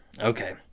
Okay